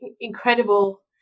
incredible